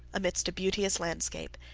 amidst a beauteous landscape,